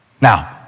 Now